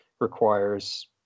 requires